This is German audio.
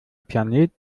planet